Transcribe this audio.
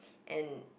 and